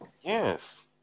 Yes